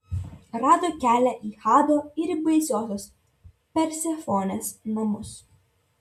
rado kelią į hado ir į baisiosios persefonės namus